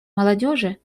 молодежи